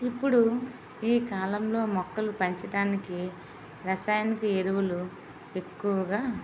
ఇప్పుడు ఈ కాలంలో మొక్కలు పెంచటానికి రసాయనిక ఎరువులు ఎక్కువగా